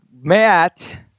Matt